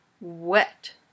Wet